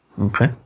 Okay